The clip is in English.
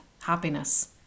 happiness